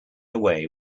away